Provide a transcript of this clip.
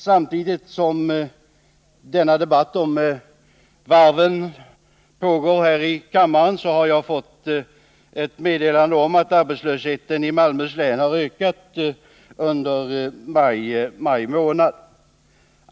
Samtidigt som denna debatt om varven pågått här i kammaren har jag fått ett meddelande om att arbetslösheten i Malmöhus län har ökat under maj månad.